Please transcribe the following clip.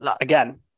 Again